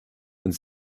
und